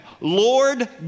Lord